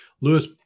Lewis